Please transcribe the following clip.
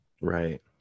Right